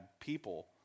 people